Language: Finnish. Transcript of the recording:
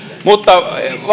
mutta